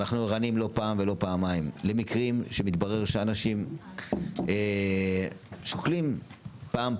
אנחנו ערניים לא פעם ולא פעמיים למקרים שמתברר שאנשים שוקלים פעם,